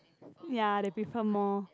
ya they prefer more